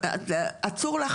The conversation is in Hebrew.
הוועדה דיברה על שלושה,